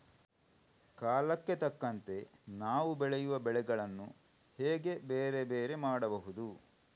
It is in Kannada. ಕಾಲಕ್ಕೆ ತಕ್ಕಂತೆ ನಾವು ಬೆಳೆಯುವ ಬೆಳೆಗಳನ್ನು ಹೇಗೆ ಬೇರೆ ಬೇರೆ ಮಾಡಬಹುದು?